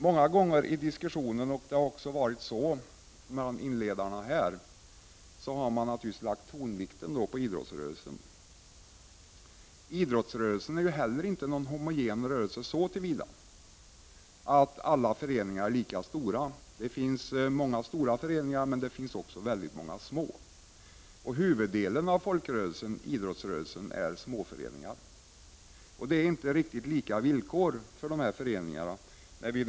Många gånger har man i diskussionen — det har varit så också här i dag — lagt tonvikten på idrottsrörelsen. Idrottsrörelsen är inte heller någon homogen rörelse så till vida att alla föreningar är lika stora. Det finns många stora föreningar, men det finns också många små. Huvuddelen av idrottsrörelsen består av småföreningar. Det råder inte riktigt lika villkor för dessa föreningar.